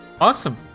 awesome